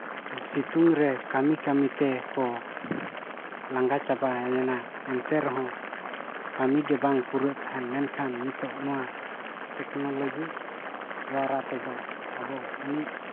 ᱥᱤᱛᱩᱝ ᱨᱮ ᱠᱟᱹᱢᱤ ᱠᱟᱹᱢᱤ ᱛᱮᱠᱚ ᱞᱟᱜᱟ ᱪᱟᱵᱟᱭᱮᱱᱟ ᱮᱱᱛᱮ ᱨᱮᱦᱚᱸ ᱠᱟᱹᱢᱤ ᱜᱮ ᱵᱟᱝ ᱯᱩᱨᱟᱹᱜ ᱛᱟᱦᱮᱸᱫ ᱢᱮᱱᱠᱷᱟᱱ ᱱᱤᱛᱚᱜ ᱱᱚᱣᱟ ᱴᱮᱹᱠᱱᱳᱞᱚᱡᱤ ᱫᱳᱣᱟᱨᱟ ᱛᱮᱫᱚ ᱟᱵᱚ ᱩᱱᱤᱫ